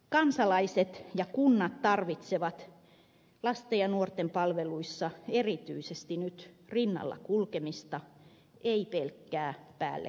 kansalaiset ja kunnat tarvitsevat lasten ja nuorten palveluissa erityisesti nyt rinnalla kulkemista eivät pelkkää päälle katsomista